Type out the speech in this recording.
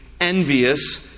envious